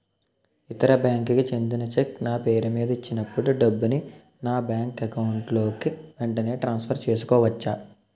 ఇతర బ్యాంక్ కి చెందిన చెక్ నా పేరుమీద ఇచ్చినప్పుడు డబ్బుని నా బ్యాంక్ అకౌంట్ లోక్ వెంటనే ట్రాన్సఫర్ చేసుకోవచ్చా?